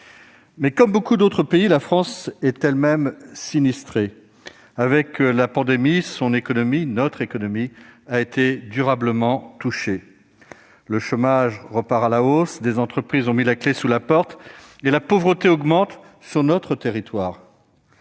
de nombreux autres pays, la France est elle-même sinistrée. Avec la pandémie, son économie- notre économie -a été durement touchée : le chômage repart à la hausse, des entreprises ont mis la clé sous la porte et la pauvreté augmente sur notre territoire.